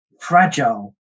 fragile